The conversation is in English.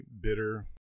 bitter